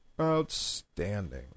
outstanding